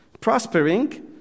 prospering